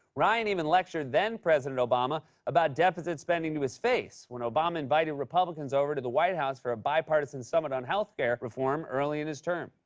ryan even lectured then-president obama about deficit spending to his face when obama invited republicans over to the white house for a bipartisan summit on healthcare reform early in his term.